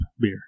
beer